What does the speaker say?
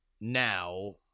now